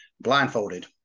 blindfolded